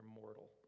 mortal